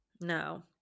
No